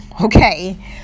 okay